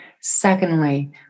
Secondly